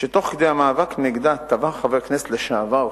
שתוך כדי המאבק טבע חבר הכנסת לשעבר